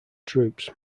troops